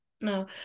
No